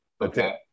Okay